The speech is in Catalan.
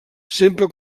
sempre